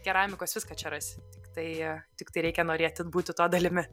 keramikos viską čia rasi tiktai tiktai reikia norėti būti to dalimi